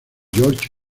george